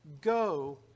Go